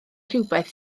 rywbeth